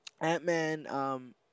Ant-Man